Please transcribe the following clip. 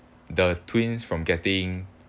the twins from getting